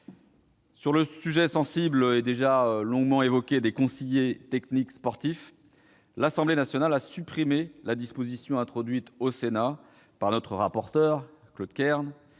Sur le sujet sensible des conseillers techniques sportifs, les CTS, l'Assemblée nationale a supprimé la disposition introduite au Sénat par notre rapporteur, Claude Kern,